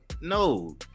no